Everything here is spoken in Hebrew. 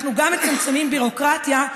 אנחנו מצמצמים ביורוקרטיה,